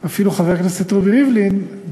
את חברי וחברות הכנסת כפרטים את דעתם ואת עמדתם,